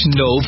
no